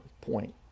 point